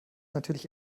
natürlich